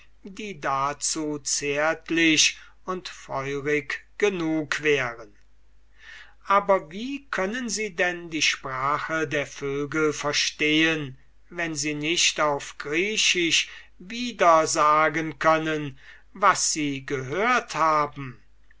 die dazu zärtlich und feurig genug wären aber wie können sie denn die sprache der vögel verstehen wenn sie nicht auf griechisch wiedersagen können was sie gehört haben